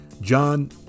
John